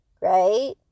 right